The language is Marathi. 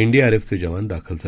एनडीआरएफचे जवान दाखल झाले